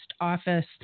office